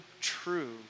true